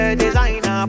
designer